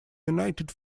united